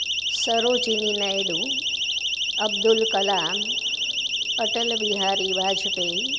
Sarojini Naidu Abdul Kalam Atal Bihari Bajpai